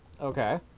Okay